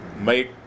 make